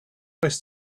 moist